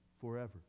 forever